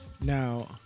Now